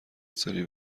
سری